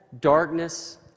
darkness